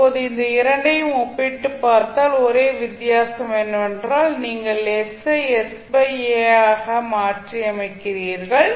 இப்போது இந்த இரண்டையும் ஒப்பிட்டுப் பார்த்தால் ஒரே வித்தியாசம் என்னவென்றால் நீங்கள் s ஐ sa ஆல் மாற்றியமைக்கிறீர்கள்